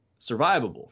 survivable